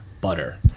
butter